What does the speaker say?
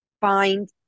find